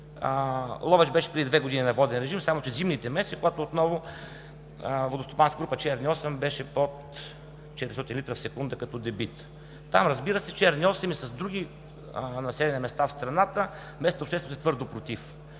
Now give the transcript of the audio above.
Ловеч беше преди две години на воден режим, само че зимните месеци, когато отново водостопанска група „Черни Осъм“ беше под 400 литра в секунда като дебит. Разбира се, „Черни Осъм“ и в други населени места в страната, местната общественост е твърдо против.